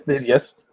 Yes